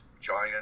giant